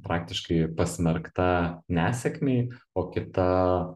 praktiškai pasmerkta nesėkmei o kita